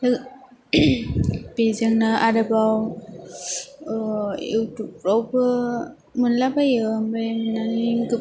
नो बेजोंनो आरोबाव इउथुबफ्रावबो मोनला बायो ओमफ्राय नुनानै